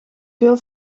veel